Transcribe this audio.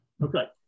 Okay